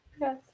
Yes